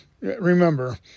remember